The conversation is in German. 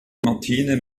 martine